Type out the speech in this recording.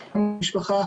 תשאלנו את המשפחה,